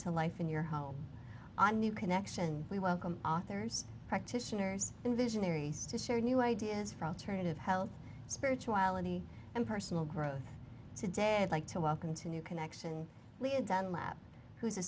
to life in your home on new connection we welcome authors practitioners and visionaries to share new ideas for turning of health spirituality and personal growth today i'd like to welcome to new connection leah dunlap who's a